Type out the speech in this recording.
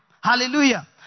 Hallelujah